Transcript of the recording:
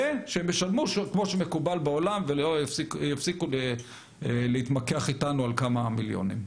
ושהם ישלמו כמו שמקובל בעולם ויפסיקו להתמקח איתנו על כמה מיליונים.